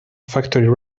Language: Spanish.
factory